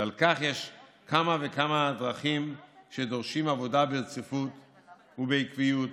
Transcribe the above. ועל כך יש כמה וכמה דרכים שדורשות עבודה ברציפות ובעקביות,